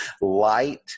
light